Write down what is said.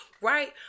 right